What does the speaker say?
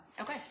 okay